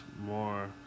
more